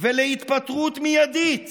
ולהתפטרות מיידית